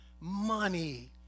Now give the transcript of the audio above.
money